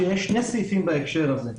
שיש שני סעיפים בהקשר הזה.